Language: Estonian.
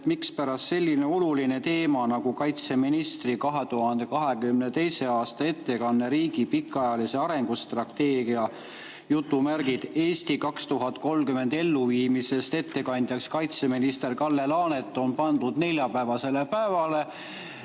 et mispärast selline oluline teema nagu kaitseministri 2022. aasta ettekanne "Riigi pikaajalise arengustrateegia "Eesti 2030" elluviimisest", ettekandjaks kaitseminister Kalle Laanet, on pandud neljapäevasele päevale.